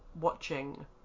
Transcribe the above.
watching